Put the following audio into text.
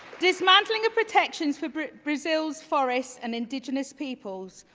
dismantling protections for brazil's forests and indigenous peoples,